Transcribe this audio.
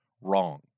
wrong